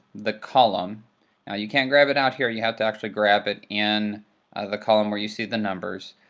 the column, now you can't grab it out here, you have to actually grab it in the column where you see the numbers.